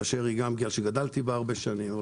גם בגלל שגדלתי בה שנים רבות,